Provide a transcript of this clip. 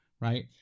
Right